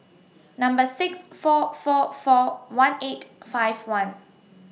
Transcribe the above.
Number six four four four one eight five one